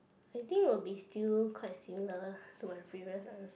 I think will be still quite similar to my previous answer